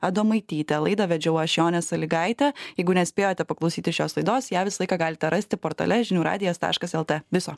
adomaityte laidą vedžiau aš jonė salygaitė jeigu nespėjote paklausyti šios laidos ją visą laiką galite rasti portale žinių radijas taškas lt viso